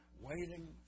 waiting